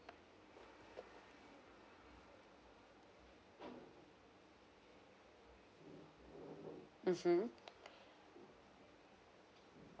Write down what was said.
mmhmm